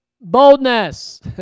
boldness